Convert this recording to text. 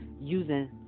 using